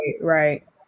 right